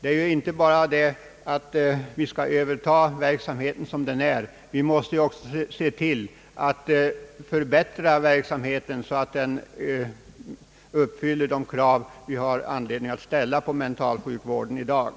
Det är inte bara det att vi skall överta verksamheten som den är, utan vi måste också se till att verksamheten förbättras så att den uppfyller de krav som det finns anledning att ställa på mentalsjukvården i dag.